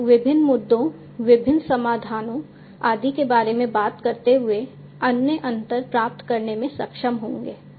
आप विभिन्न मुद्दों विभिन्न समाधानों आदि के बारे में बात करते हुए अन्य अंतर प्राप्त करने में सक्षम होंगे